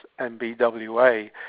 MBWA